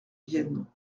vienne